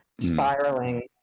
spiraling